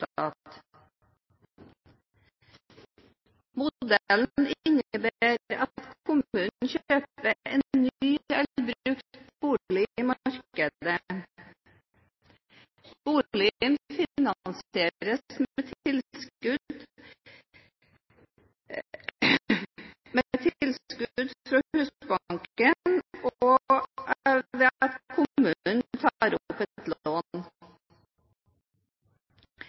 at kommunene kjøper en ny eller brukt bolig i markedet. Boligen finansieres med tilskudd fra Husbanken og ved at kommunene tar opp et